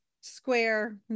square